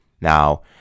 Now